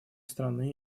страны